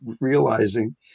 realizing